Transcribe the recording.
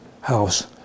house